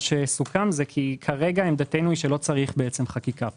שסוכם היא כי כרגע עמדתנו היא שלא צריך חקיקה פה.